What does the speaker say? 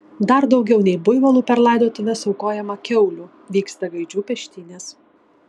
dar daugiau nei buivolų per laidotuves aukojama kiaulių vyksta gaidžių peštynės